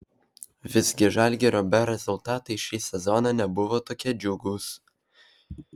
visgi žalgirio b rezultatai šį sezoną nebuvo tokie džiugūs